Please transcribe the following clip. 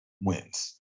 wins